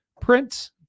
print